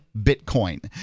Bitcoin